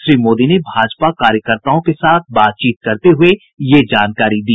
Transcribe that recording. श्री मोदी ने भाजपा कार्यकर्ताओं के साथ बातचीत करते हुए यह जानकारी दी